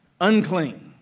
unclean